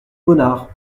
bonnard